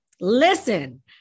Listen